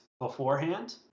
beforehand